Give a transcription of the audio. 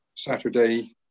Saturday